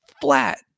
flat